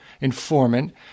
informant